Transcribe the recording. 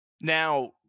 Now